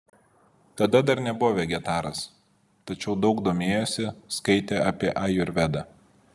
tada dar nebuvo vegetaras tačiau daug domėjosi skaitė apie ajurvedą